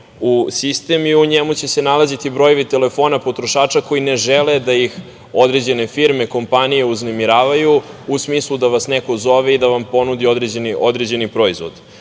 u sistem i u njemu će se nalaziti brojevi telefona potrošača koji ne žele da ih određene firme, kompanije uznemiravaju, u smislu da vas neko zove i da vam ponudi određeni proizvod. Dakle,